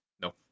No